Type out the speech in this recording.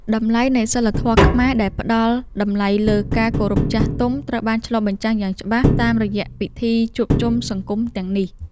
តម្លៃនៃសីលធម៌ខ្មែរដែលផ្តល់តម្លៃលើការគោរពចាស់ទុំ ត្រូវបានឆ្លុះបញ្ចាំងយ៉ាងច្បាស់តាមរយៈពិធីជួបជុំសង្គមទាំងនេះ។